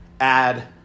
add